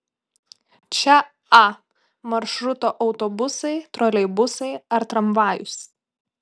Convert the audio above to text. čia a maršruto autobusai troleibusai ar tramvajus